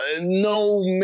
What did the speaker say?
No